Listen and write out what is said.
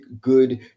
good